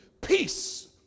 Peace